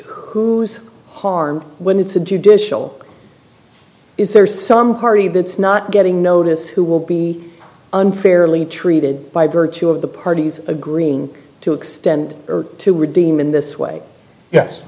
who's harmed when it's a judicial is there some party that's not getting notice who will be unfairly treated by virtue of the parties agreeing to extend or to redeem in this way yes